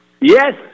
Yes